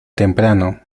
temprano